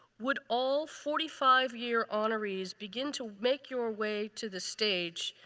would all forty five year honorees begin to make your way to the stage?